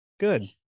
good